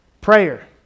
Prayer